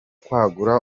kwagura